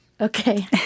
Okay